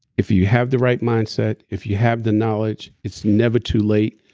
if you have the right mindset, if you have the knowledge, it's never too late.